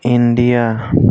India